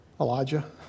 Elijah